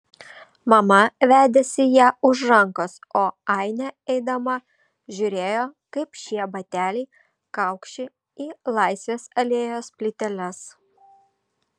mama vedėsi ją už rankos o ainė eidama žiūrėjo kaip šie bateliai kaukši į laisvės alėjos plyteles